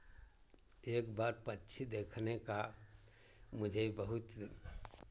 एक बार पक्षी देखने का मुझे बहुत